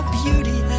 beauty